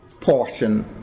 portion